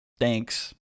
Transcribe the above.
Thanks